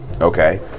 Okay